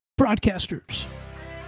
broadcasters